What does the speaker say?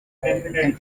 and